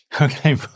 okay